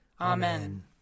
Amen